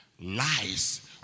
Lies